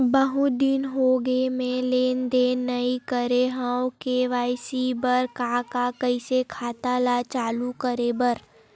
बहुत दिन हो गए मैं लेनदेन नई करे हाव के.वाई.सी बर का का कइसे खाता ला चालू करेबर?